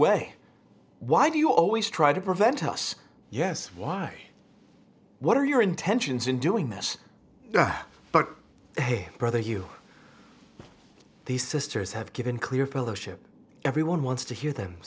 way why do you always try to prevent us yes why what are your intentions in doing this but hey brother you these sisters have given clear fellowship everyone wants to hear them